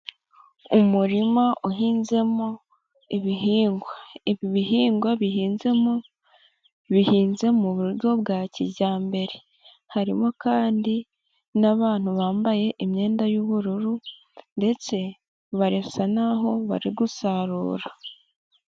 Umurima uhinzemo ibihingwa. Ibi bihingwa bihinzemo bihinze mu buryo bwa kijyambere, harimo kandi n'abantu bambaye imyenda y'ubururu, ndetse barasa naho bari gusarura.